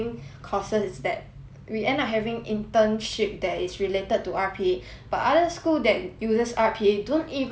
we end up having internship that is related to R_P_A but other school that uses R_P_A don't even need to do R_P_A